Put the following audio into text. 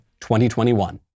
2021